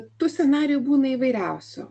tų scenarijų būna įvairiausių